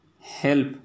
help